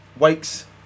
wakes